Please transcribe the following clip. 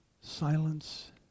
silence